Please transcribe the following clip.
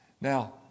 Now